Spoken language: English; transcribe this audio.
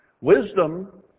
Wisdom